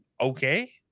okay